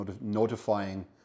notifying